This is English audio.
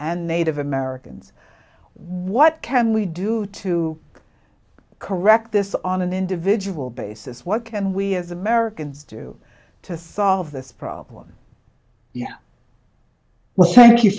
and native americans what can we do to correct this on an individual basis what can we as americans do to solve this problem yeah well thank you